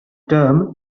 term